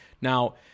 Now